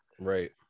right